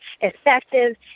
effective